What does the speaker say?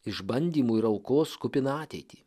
išbandymų ir aukos kupiną ateitį